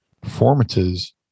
performances